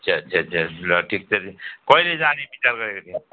अच्छा छा छा ल ठिक छ कहिले जाने विचार गरेको थियौ